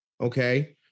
Okay